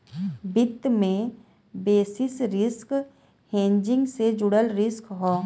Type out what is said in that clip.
वित्त में basis risk hedging से जुड़ल रिस्क हौ